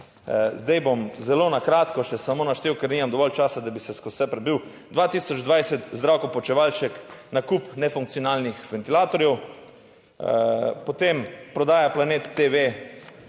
Zdaj bom zelo na kratko še samo naštel, ker nimam dovolj časa, da bi se skozi vse prebil 2020 Zdravko Počivalšek, nakup nefunkcionalnih ventilatorjev. Potem prodaja Planet TV,